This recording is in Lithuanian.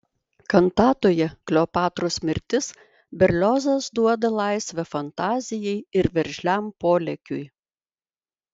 kantatoje kleopatros mirtis berliozas duoda laisvę fantazijai ir veržliam polėkiui